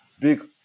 big